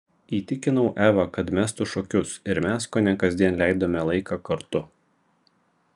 įtikinau evą kad mestų šokius ir mes kone kasdien leidome laiką kartu